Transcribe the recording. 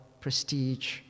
prestige